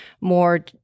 more